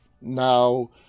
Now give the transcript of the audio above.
Now